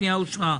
הפנייה אושרה.